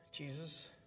Jesus